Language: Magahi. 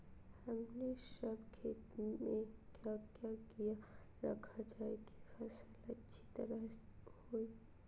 हमने सब खेती में क्या क्या किया रखा जाए की फसल अच्छी तरह होई?